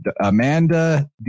Amanda